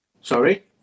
Sorry